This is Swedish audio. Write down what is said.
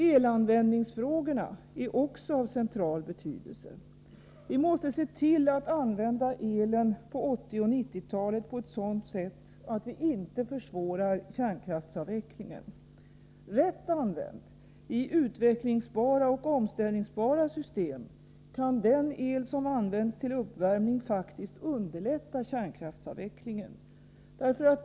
Elanvändningsfrågorna är också av central betydelse. Vi måste se till att använda elen på 1980 och 1990-talet på ett sådant sätt att vi inte försvårar kärnkraftsavvecklingen. Rätt använd —iutvecklingsbara och omställningsbara system — kan den el som används till uppvärmning faktiskt underlätta kärnkraftsavvecklingen.